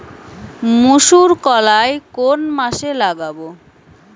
মুসুর কলাই কোন মাসে লাগাব?